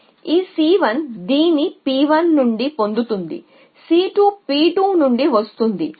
కాబట్టి ఈ C 1 దీన్ని P 1 నుండి పొందుతుంది C 2 P 2 నుండి వస్తుంది